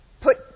Put